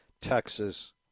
Texas